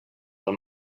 del